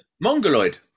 Mongoloid